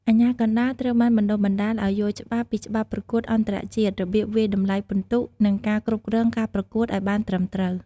អាជ្ញាកណ្តាល ត្រូវបានបណ្តុះបណ្តាលឲ្យយល់ច្បាស់ពីច្បាប់ប្រកួតអន្តរជាតិ របៀបវាយតម្លៃពិន្ទុ និងការគ្រប់គ្រងការប្រកួតឲ្យបានត្រឹមត្រូវ។